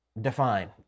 define